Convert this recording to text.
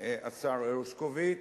השר הרשקוביץ,